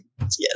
Yes